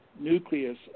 nucleus